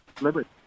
liberty